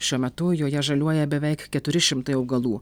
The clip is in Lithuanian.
šiuo metu joje žaliuoja beveik keturi šimtai augalų